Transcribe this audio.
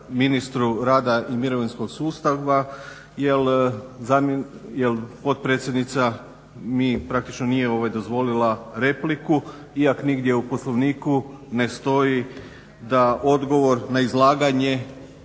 ministru rada i mirovinskog sustava, jel potpredsjednica mi praktično nije dozvolila repliku iako nigdje u Poslovniku ne stoji da odgovor na izlaganje